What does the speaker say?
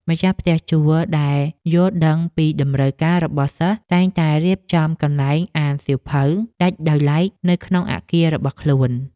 ម្ចាស់ផ្ទះជួលដែលយល់ដឹងពីតម្រូវការរបស់សិស្សតែងតែរៀបចំកន្លែងអានសៀវភៅដាច់ដោយឡែកនៅក្នុងអគាររបស់ខ្លួន។